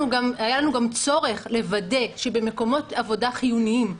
גם צורך לוודא שבמקומות עבודה חיוניים,